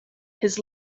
his